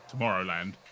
Tomorrowland